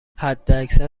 حداکثر